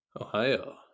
Ohio